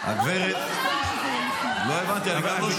--- גזען --- לא הבנתי, הגברת לא יצאה?